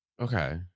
Okay